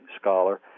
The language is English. scholar